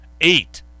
eight